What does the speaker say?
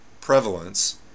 prevalence